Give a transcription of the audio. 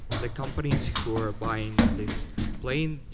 the companies who are buying this plane,